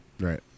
Right